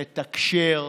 מתקשר,